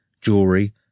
jewelry